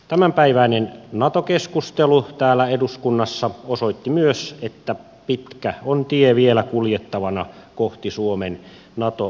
tämänpäiväinen nato keskustelu täällä eduskunnassa osoitti myös että pitkä on tie vielä kuljettavana kohti suomen nato jäsenyyttä